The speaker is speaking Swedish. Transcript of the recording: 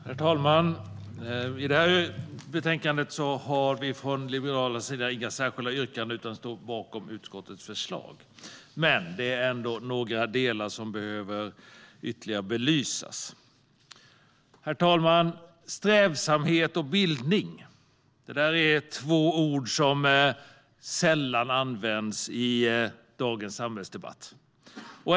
Herr talman! I det här betänkandet har vi från Liberalerna inga särskilda yrkanden, utan vi står bakom utskottets förslag. Men det är ändå några delar som ytterligare behöver belysas. Strävsamhet och bildning är två ord som sällan används i dagens samhällsdebatt.